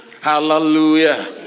Hallelujah